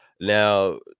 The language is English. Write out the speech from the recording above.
Now